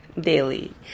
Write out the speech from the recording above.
daily